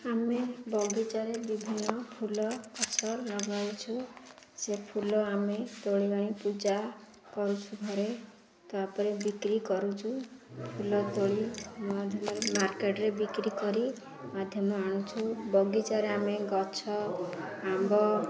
ଆମେ ବଗିଚାରେ ବିଭିନ୍ନ ଫୁଲ ଗଛ ଲଗାଉଛୁ ସେ ଫୁଲ ଆମେ ତୋଳିିକରି ଆଣି ପୂଜା କରୁଛୁ ଘରେ ତା'ପରେ ବିକ୍ରି କରୁଛୁ ଫୁଲ ତୋଳିରେ ମାର୍କେଟରେ ବିକ୍ରି କରି ମାଧ୍ୟମ ଆଣୁଛୁ ବଗିଚାରେ ଆମେ ଗଛ ଆମ୍ବ